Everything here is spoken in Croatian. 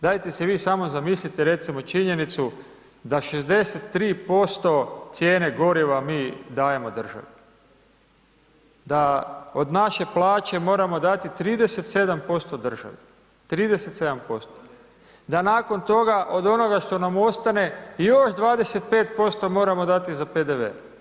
Dajte si vi samo zamislite recimo činjenicu da 63% cijene goriva mi dajemo državi, da od naše plaće moramo dati 37% državi, 37%, da nakon toga od onoga što nam ostane još 25% moramo dati za PDV.